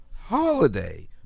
holiday